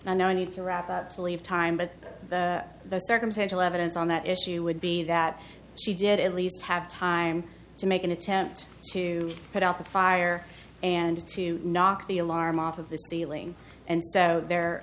and i need to wrap up to leave time but the circumstantial evidence on that issue would be that she did at least have time to make an attempt to put out the fire and to knock the alarm off of the ceiling and so there